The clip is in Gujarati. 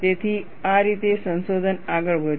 તેથી આ રીતે સંશોધન આગળ વધ્યું